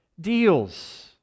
deals